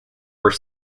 were